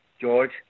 George